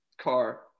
car